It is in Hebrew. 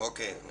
אני